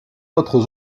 autres